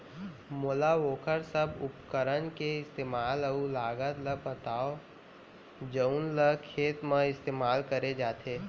मोला वोकर सब उपकरण के इस्तेमाल अऊ लागत ल बतावव जउन ल खेत म इस्तेमाल करे जाथे?